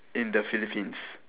in the philippines